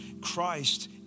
Christ